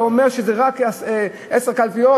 אתה אומר שזה רק עשר קלפיות?